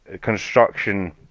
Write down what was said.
construction